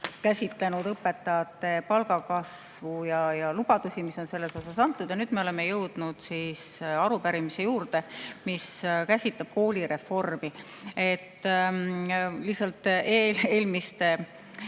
käsitlenud õpetajate palga kasvu ja lubadusi, mis on selle kohta antud, ja nüüd me oleme jõudnud siis arupärimise juurde, mis käsitleb koolireformi. Eelmise